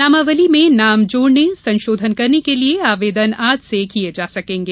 नामावली में नाम जोड़ने संशोधन करने के लिये आवेदन आज से किये जा सकेंगे